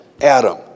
Adam